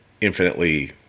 infinitely